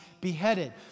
beheaded